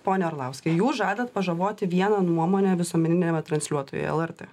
pone orlauskai jūs žadat pažaboti vieną nuomonę visuomeniniame transliuotojuje lrt